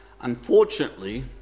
Unfortunately